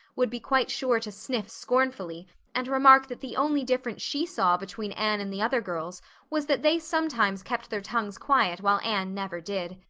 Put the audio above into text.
would be quite sure to sniff scornfully and remark that the only difference she saw between anne and the other girls was that they sometimes kept their tongues quiet while anne never did.